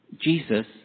Jesus